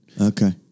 Okay